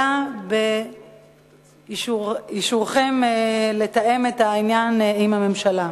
אלא באישורכם לתאם את העניין עם הממשלה.